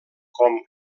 com